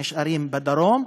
שנשארים בדרום,